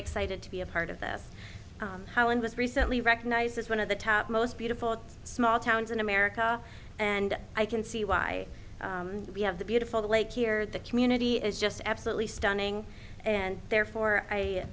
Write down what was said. excited to be a part of this was recently recognized as one of the most beautiful small towns in america and i can see why we have the beautiful lake here the community is just absolutely stunning and therefore i